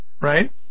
Right